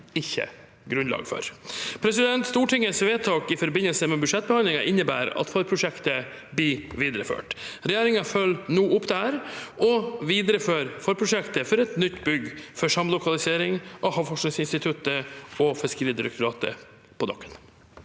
ikke grunnlag for. Stortingets vedtak i forbindelse med budsjettbehandlingen innebærer at forprosjektet blir videreført. Regjeringen følger nå opp dette og viderefører forprosjektet for et nytt bygg for samlokalisering av Havforskningsinstituttet og Fiskeridirektoratet på Dokken.